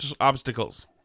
obstacles